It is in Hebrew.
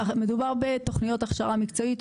מדובר בתוכניות הכשרה מקצועית.